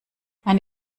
eine